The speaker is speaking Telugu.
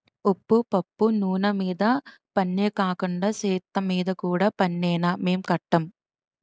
ఉప్పు పప్పు నూన మీద పన్నే కాకండా సెత్తమీద కూడా పన్నేనా మేం కట్టం